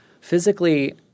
Physically